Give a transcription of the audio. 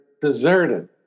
deserted